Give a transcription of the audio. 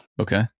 Okay